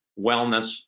wellness